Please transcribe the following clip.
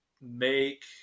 make